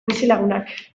bizilagunak